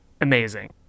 amazing